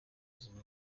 buzima